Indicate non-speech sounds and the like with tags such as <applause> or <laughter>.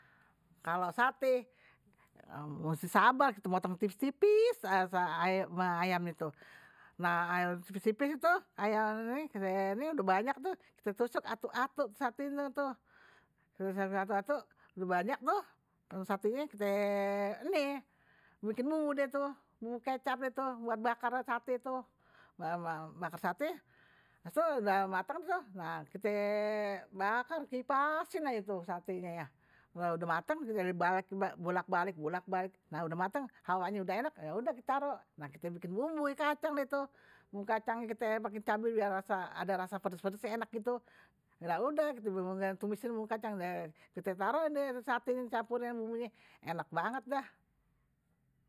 Kalo sate mesti sabar, kite potong tipis tipis ayamnye ayamnye, nah ayamnye tipis tipis tuh, nah kalo udah banyak ayamnye kite tusuk atu atu satenye tuh. nah satenye kite <hesitation> nih bikin bumbu deh bumbu kecap tuh buat bakar sate tuh bakar sate habis tu udah mateng tuh nah kite bakar kipasin aje tuh satenye, kalo udah mateng tinggal dibolak balik bolak balik nah udah mateng hawanye udah enak ya udah ditaro nah kite bikin bumbu kacang, udah deh tuh bumbu kacangnye kite pake cabe biar ade rasa pedes pedesnye enak gitu, ya udah kite tumisin bumbu kacang kite taroin deh satenye bumbunye enak banget dah.